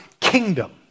kingdom